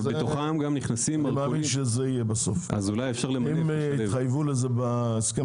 אולי --- אם התחייבו לזה בהסכם